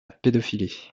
pédophilie